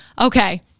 Okay